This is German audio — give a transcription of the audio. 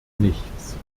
nichts